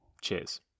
Cheers